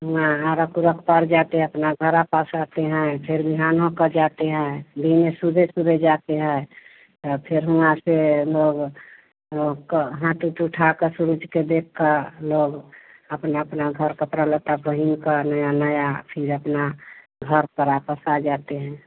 हुआँ अरक ओरक पड़ जाते अपना घरा पास आते हैं फ़िर भियानो का जाते हैं दिने सुबह सुबह जाते हैं फ़िर हुआ से लोग ओ का हाथ ऊथ उठाकर सूरज को देखकर लोग अपना अपना घर कपड़ा लत्ता पहनकर नया नया फ़िर अपना घर पर वापस आ जाते हैं